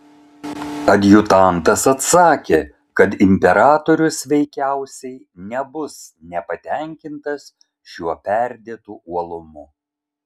adjutantas atsakė kad imperatorius veikiausiai nebus nepatenkintas šiuo perdėtu uolumu